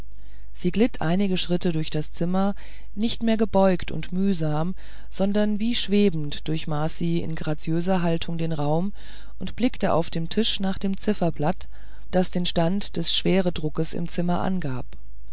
sie glitt einige schritte durch das zimmer nicht mehr gebeugt und mühsam sondern wie schwebend durchmaß sie in graziöser haltung den raum und blickte auf dem tisch nach dem zifferblatt das den stand des schweredrucks im zimmer angab